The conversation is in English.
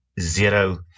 zero